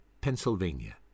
Pennsylvania